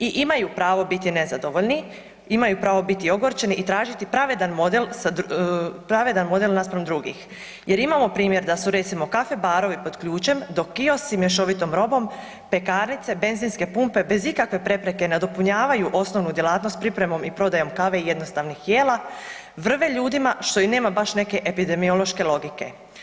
I imaju pravo biti nezadovoljni, imaju pravo biti ogorčeni i tražiti pravedan model naspram drugih jer imamo primjer da su recimo, caffe barovi pod ključem, dok kiosci mješovitom robom, pekarnice, benzinske pumpe bez ikakve prepreke nadopunjavaju osnovu djelatnost pripremom i prodajom kave i jednostavnih jela, vrve ljudima, što i nema baš neke epidemiološke logike.